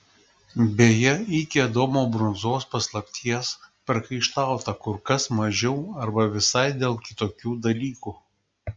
beje iki adomo brunzos paslapties priekaištauta kur kas mažiau arba visai dėl kitokių dalykų